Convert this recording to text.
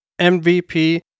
MVP